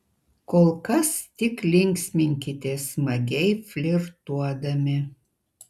kol kas tik linksminkitės smagiai flirtuodami